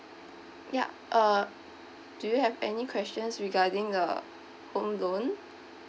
ya uh do you have any questions regarding the home loan